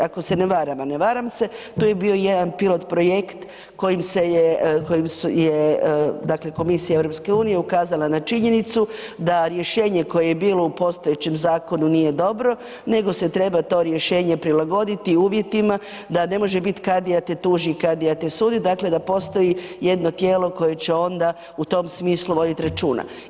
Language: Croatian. Ako se ne varam, a ne varam se, to je bio jedan pilot projekt kojim se je, kojim je komisija EU ukazala na činjenicu da rješenje koje je bilo u postojećem zakonu nije dobro nego se treba to rješenje prilagoditi uvjetima da ne može biti kadija te tuži i kadija te sudi, dakle da postoji jedno tijelo koje će onda u tom smislu voditi računa.